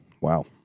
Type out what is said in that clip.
Wow